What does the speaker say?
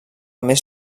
més